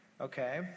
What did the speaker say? Okay